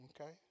okay